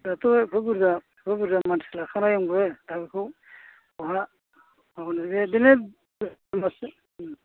दाथ' एफा बुरजा एफा बुरजा मानसि लाखानाय आंबो दा बेखौ बहा माबानो बेबादिनो होमबासो